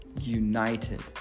united